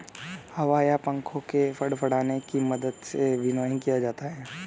हवा या पंखों के फड़फड़ाने की मदद से विनोइंग किया जाता है